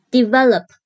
Develop